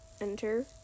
enter